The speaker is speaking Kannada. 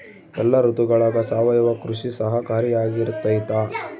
ಎಲ್ಲ ಋತುಗಳಗ ಸಾವಯವ ಕೃಷಿ ಸಹಕಾರಿಯಾಗಿರ್ತೈತಾ?